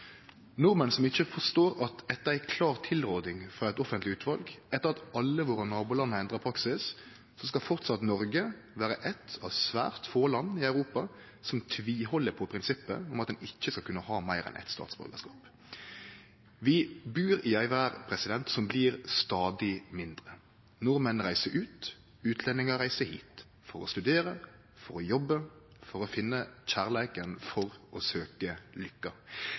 nordmenn som ikkje forstår at etter ei klar tilråding frå eit offentleg utval og etter at alle våre naboland har endra praksis, skal Noreg framleis vere eitt av svært få land i Europa som tviheld på prinsippet om at ein ikkje skal kunne ha meir enn eitt statsborgarskap. Vi bur i ei verd som blir stadig mindre. Nordmenn reiser ut, utlendingar reiser hit – for å studere, for å jobbe, for å finne kjærleiken og for å søkje lykka.